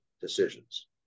decisions